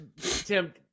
Tim